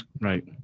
right